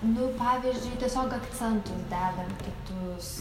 nu pavyzdžiui tiesiog akcentus dedam kitus